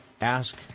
ask